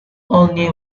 only